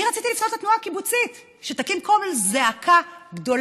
אני רציתי לפנות לתנועה הקיבוצית שתקים קול זעקה גדולה,